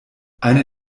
eine